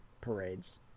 parades